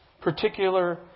particular